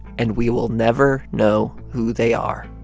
and we will never know who they are.